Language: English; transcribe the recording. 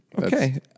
Okay